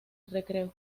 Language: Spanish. recreo